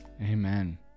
Amen